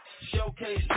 Showcase